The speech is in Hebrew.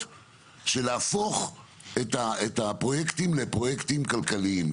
של להפוך את הפרויקטים לפרויקטים כלכליים,